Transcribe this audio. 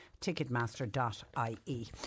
Ticketmaster.ie